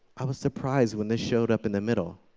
i was surprised when this showed up in the middle.